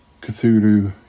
Cthulhu